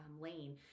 lane